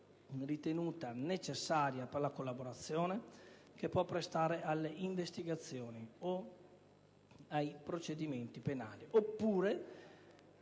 ritenuta necessaria per la collaborazione che può prestare alle investigazioni o ai procedimenti penali,